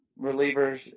relievers